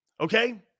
Okay